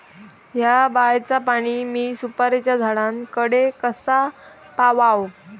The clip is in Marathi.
हया बायचा पाणी मी सुपारीच्या झाडान कडे कसा पावाव?